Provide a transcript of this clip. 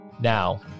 Now